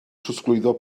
trosglwyddo